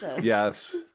Yes